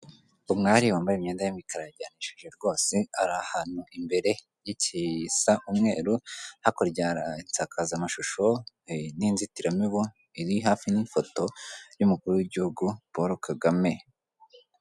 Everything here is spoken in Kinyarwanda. Umwari wambaye imyenda y'imikara yajyanishije rwose, ari ahantu imbere y'igisa umweru, hakurya insakazamashusho n'inzitiramibu, iri hafi n'ifoto y'umukuru w'igihugu Paul Kagame.